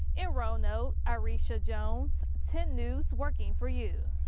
hirono um murray should jones ten news working for you.